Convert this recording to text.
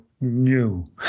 new